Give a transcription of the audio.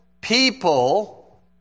people